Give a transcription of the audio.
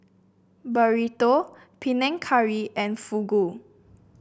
Burrito Panang Curry and Fugu